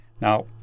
Now